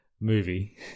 movie